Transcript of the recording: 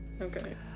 Okay